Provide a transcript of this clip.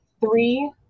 three